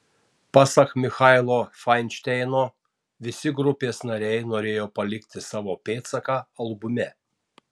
pasak michailo fainšteino visi grupės nariai norėjo palikti savo pėdsaką albume